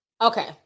Okay